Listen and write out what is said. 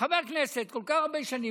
חבר כנסת כל כך הרבה שנים,